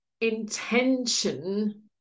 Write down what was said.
intention